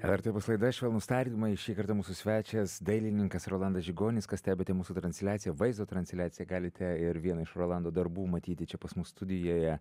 lrt opus laida švelnūs tardymai šį kartą mūsų svečias dailininkas rolandas žigonis kas stebite mūsų transliaciją vaizdo transliaciją galite ir vieną iš rolando darbų matyti čia pas mus studijoje